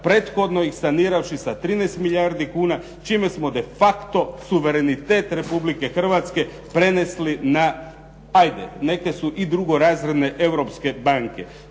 prethodno ih saniravši sa 13 milijardi kuna čime smo defacto suverenitet Republike Hrvatske prenijeli na, ajde, neke su i drugorazredne europske banke.